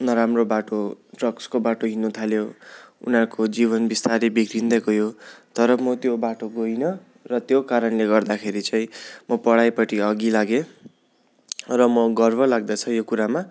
नराम्रो बाटो ड्रग्सको बाटो हिँड्नु थाल्यो उनीहरूको जीवन बिस्तारै बिग्रिँदै गयो तर म त्यो बाटो गइनँ र त्यो कारणले गर्दाखेरि चाहिँ म पढाइपट्टि अघि लागेँ र म गर्व लाग्दछ यो कुरामा